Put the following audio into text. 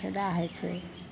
फायदा होइ छै